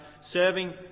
serving